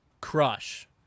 crush